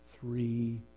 three